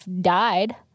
died